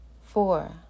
four